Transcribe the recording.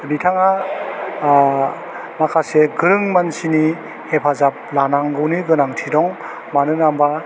बिथाङा आह माखासे गोरों मानसिनि हेफाजाब लानांगौनि गोनांथि दं मानोना होमबा